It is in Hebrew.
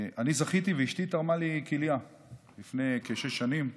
אני זכיתי ואשתי תרמה לי כליה לפני כשש שנים.